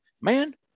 man